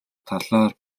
талаар